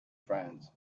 friends